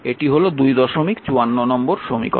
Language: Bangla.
এটি হল 254 নম্বর সমীকরণ